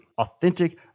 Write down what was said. Authentic